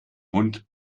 hund